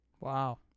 Wow